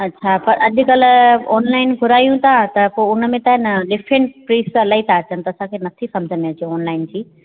अच्छा पर अॼुकल्ह ऑनलाइन घुरायूं था त पोइ उनमें त न मिक्सिंग पीस त इलाही था अचनि था असांखे नथी सम्झि में अचे ऑनलाइन जी